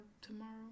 tomorrow